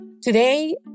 Today